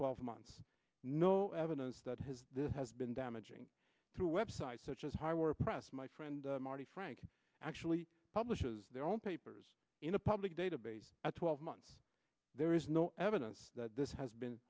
twelve months no evidence that has this has been damaging to websites such as hire our press my friend marty frank actually publishes their own papers in a public database at twelve months there is no evidence that this has been